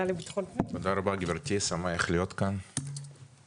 תודה רבה גבירתי, שמח להיות כאן בוועדה